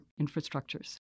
infrastructures